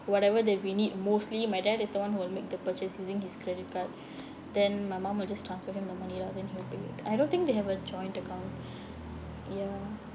whatever that we need mostly my dad is the one who will make the purchase using his credit card then my mum will just transfer him the money lah then he will pay I don't think they have a joint account